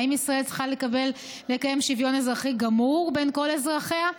האם ישראל צריכה לקיים שוויון אזרחי גמור בין כל אזרחיה?